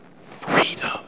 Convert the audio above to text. freedom